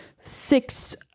six